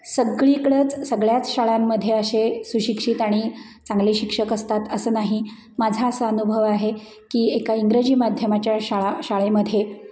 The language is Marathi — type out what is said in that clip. सगळीकडंच सगळ्याच शाळांमध्ये असे सुशिक्षित आणि चांगले शिक्षक असतात असं नाही माझा असा अनुभव आहे की एका इंग्रजी माध्यमाच्या शाळा शाळेमध्ये